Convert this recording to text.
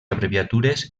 abreviatures